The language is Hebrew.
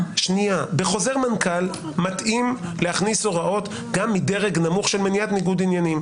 בחוזר מנכ"ל מתאים להכניס הוראות גם מדרג נמוך של מניעת ניגוד עניינים.